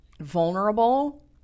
vulnerable